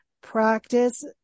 practice